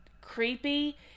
creepy